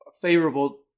favorable